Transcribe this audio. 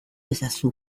ezazu